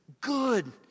good